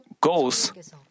goals